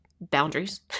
Boundaries